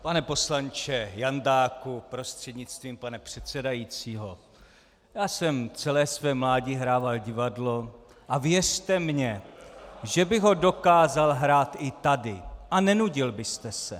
Pane poslanče Jandáku prostřednictvím pana předsedajícího, já jsem celé své mládí hrával divadlo a věřte mi, že bych ho dokázal hrát i tady a nenudil byste se.